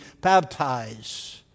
baptize